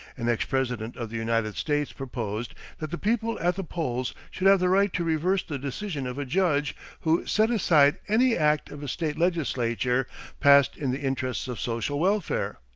an ex-president of the united states proposed that the people at the polls should have the right to reverse the decision of a judge who set aside any act of a state legislature passed in the interests of social welfare.